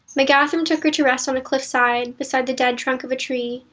mgathrim took her to rest on a cliffside, beside the dead trunk of a tree,